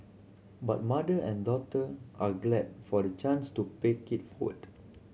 but mother and daughter are glad for the chance to pay forward